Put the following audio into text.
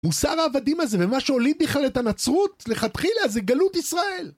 מוסר העבדים הזה ומה שהוליד בכלל את הנצרות, לכתחילה, זה גלות ישראל!